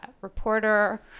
reporter